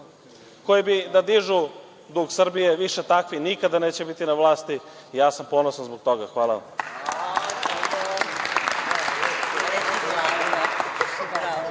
koji bi da dižu dug Srbije, više takvi nikada neće biti na vlasti. Ja sam ponosan zbog toga. Hvala vam.